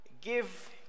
Give